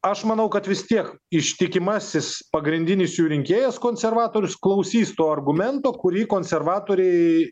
aš manau kad vis tiek ištikimasis pagrindinis jų rinkėjas konservatorius klausys to argumento kurį konservatoriai